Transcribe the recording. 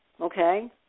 Okay